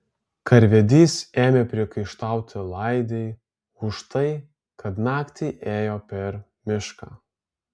karvedys ėmė priekaištauti laidei už tai kad naktį ėjo per mišką